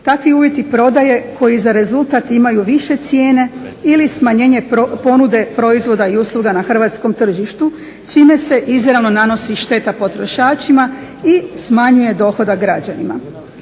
takvi uvjeti prodaje koji za rezultat imaju više cijene ili smanjenje ponude proizvoda i usluga na hrvatskom tržištu čime se izravno nanosi šteta potrošačima i smanjuje dohodak građanima.